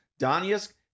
Donetsk